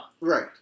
Right